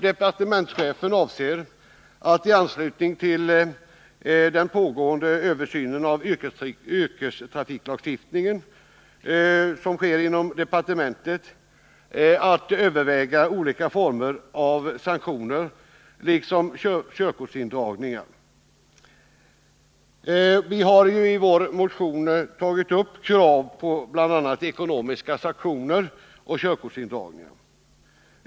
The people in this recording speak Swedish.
Departementschefen avser att i anslutning till den översyn av yrkestrafiklagstiftningen som kommer att ske inom departementet överväga olika former av sanktioner, t.ex. körkortsindragningar. Vi har i vår motion tagit upp krav på ekonomiska sanktioner av olika slag.